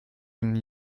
une